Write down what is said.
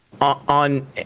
on